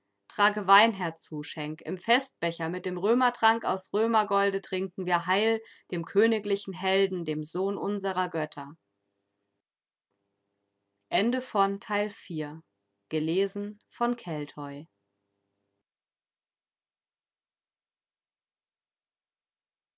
trage wein herzu schenk im festbecher mit dem römertrank aus römergolde trinken wir heil dem königlichen helden dem sohn unserer götter